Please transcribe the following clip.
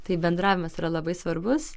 tai bendravimas yra labai svarbus